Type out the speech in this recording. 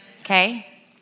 okay